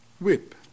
whip